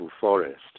forest